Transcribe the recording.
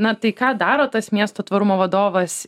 na tai ką daro tas miesto tvarumo vadovas